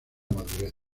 madurez